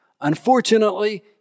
Unfortunately